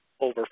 over